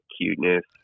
cuteness